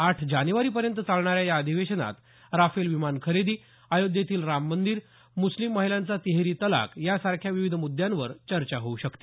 आठ जानेवारीपर्यंत चालणाऱ्या या अधिवेशनात राफेल विमान खरेदी अयोध्येतील राम मंदिर मुस्लिम महिलांचा तिहेरी तलाक या सारख्या विविध मुद्यांवर चर्चा होऊ शकते